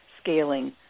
scaling